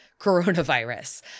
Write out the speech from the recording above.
coronavirus